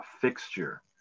fixture